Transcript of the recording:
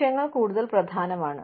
ലക്ഷ്യങ്ങൾ കൂടുതൽ പ്രധാനമാണ്